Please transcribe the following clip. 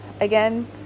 again